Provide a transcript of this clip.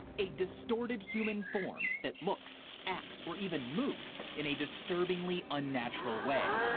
a distorted human form that looks, acts, or even moves in a disturbingly unnatural way.